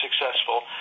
successful